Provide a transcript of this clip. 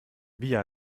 via